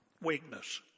Weakness